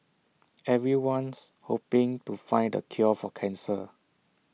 everyone's hoping to find the cure for cancer